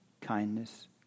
Kindness